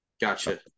gotcha